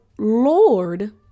Lord